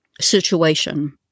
situation